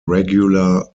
regular